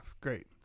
Great